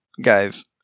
guys